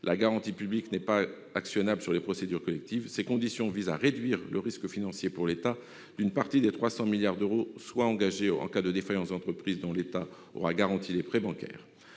La garantie publique n'est pas actionnable sur les procédures collectives. Ces conditions visent à réduire le risque financier pour l'État de voir une partie des 300 milliards d'euros engagée en cas de défaillances d'entreprises dont il aura garanti les prêts bancaires.